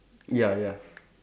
ya ya